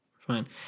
Fine